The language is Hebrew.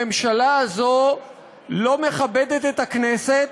הממשלה הזאת לא מכבדת את הכנסת,